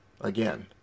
Again